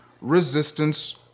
resistance